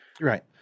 Right